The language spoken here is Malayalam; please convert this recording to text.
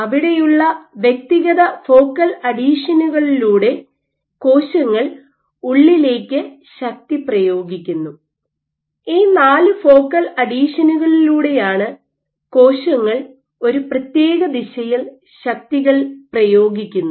അതിനാൽ വ്യക്തിഗത ഫോക്കൽ അഡീഹഷനുകളിലൂടെ കോശങ്ങൾ ഉള്ളിലേക്ക് ശക്തി പ്രയോഗിക്കുന്നു ഈ നാല് ഫോക്കൽ അഡീഹഷനുകളിലൂടെയാണ് കോശങ്ങൾ ഒരു പ്രത്യേകദിശയിൽ ശക്തികൾ പ്രയോഗിക്കുന്നത്